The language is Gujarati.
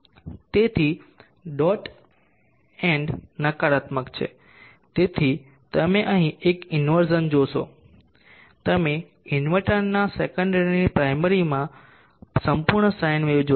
તેથી ડોટ એન્ડ નકારાત્મક છે તેથી તમે અહીં એક ઇન્વર્ઝન જોશો તમે ટ્રાન્સફોર્મરના સેકન્ડરીની પ્રાઈમરીમાં સંપૂર્ણ સાઇન વેવ જોશો